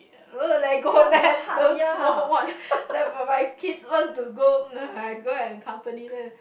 Legoland those small one never mind kids want to go I go and accompany them